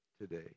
today